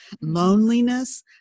loneliness